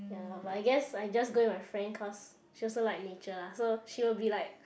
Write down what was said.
ya but I guess I just go with my friend cause she also like nature lah so she will be like